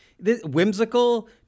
Whimsical